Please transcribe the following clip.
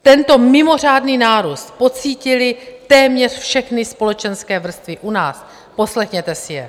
Tento mimořádný nárůst pocítily téměř všechny společenské vrstvy u nás, poslechněte si je.